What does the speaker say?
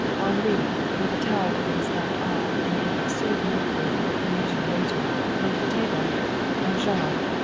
henri, with a towel over his left arm, and in absurd mimicry of a parisian waiter, laid the table and jean,